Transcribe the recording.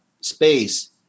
space